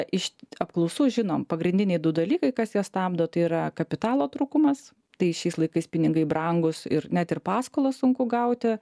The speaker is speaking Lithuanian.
iš apklausų žinom pagrindiniai du dalykai kas jas stabdo tai yra kapitalo trūkumas tai šiais laikais pinigai brangūs ir net ir paskolą sunku gauti